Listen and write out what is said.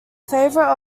favorite